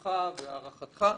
שיפוטך והערכתך,